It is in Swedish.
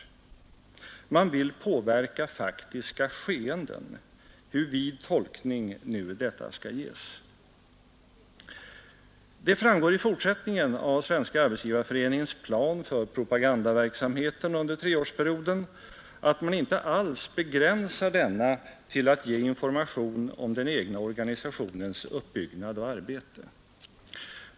Man vill påverka faktiska skeenden, hur vid tolkning nu detta skall ges. Det framgår i fortsättningen av Svenska arbetsgivareföreningens plan för propagandaverksamheten under treårsperioden att man inte alls begränsar denna till att ge information om den egna organisationens uppbyggnad och arbete.